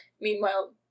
Meanwhile